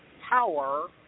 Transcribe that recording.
power